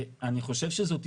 ואני חושב שזו הזדמנות.